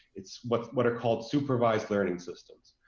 it's what what are called supervised learning systems.